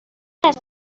است